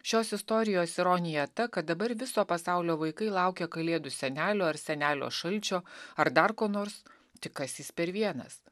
šios istorijos ironija ta kad dabar viso pasaulio vaikai laukia kalėdų senelio ar senelio šalčio ar dar ko nors tik kas jis per vienas